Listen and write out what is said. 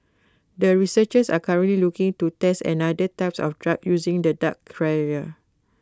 the researchers are currently looking to test another types of drugs using the duck carrier